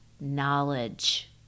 knowledge